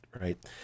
right